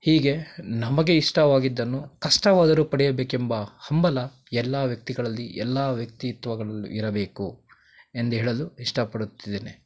ಹೀಗೆ ನಮಗೆ ಇಷ್ಟವಾಗಿದ್ದನ್ನು ಕಷ್ಟವಾದರೂ ಪಡೆಯಬೇಕೆಂಬ ಹಂಬಲ ಎಲ್ಲ ವ್ಯಕ್ತಿಗಳಲ್ಲಿ ಎಲ್ಲ ವ್ಯಕ್ತಿತ್ವಗಳಲ್ಲೂ ಇರಬೇಕು ಎಂದು ಹೇಳಲು ಇಷ್ಟಪಡುತ್ತಿದ್ದೇನೆ